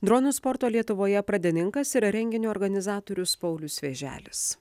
dronų sporto lietuvoje pradininkas yra renginio organizatorius paulius vėželis